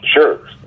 Sure